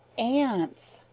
ants,